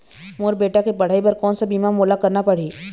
मोर बेटा के पढ़ई बर कोन सा बीमा मोला करना पढ़ही?